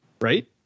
Right